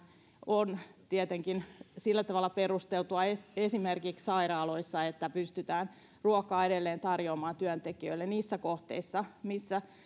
on tietenkin sillä tavalla perusteltua esimerkiksi sairaaloissa että pystytään ruokaa edelleen tarjoamaan työntekijöille niissä kohteissa missä